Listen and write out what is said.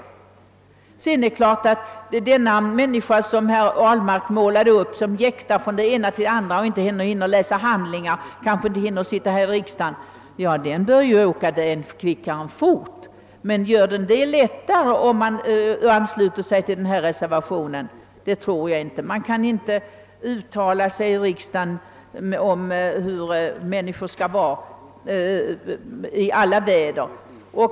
Det exempel herr Ahlmark målade upp av en människa, som jäktade från det ena sammanträdet till det andra och inte hann läsa handlingarna och kanske inte hann med att vara närvarande i riksdagen, är uppenbarligen en person som borde befrias från sina uppdrag så fort som möjligt. Men jag tror inte att det resultatet lättare uppnås om man ansluter sig till reservationen. Man kan inte i riksdagen uttala sig om hur människor skall vara i alla väder.